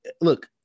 look